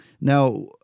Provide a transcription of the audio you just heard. now